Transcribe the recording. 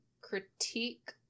critique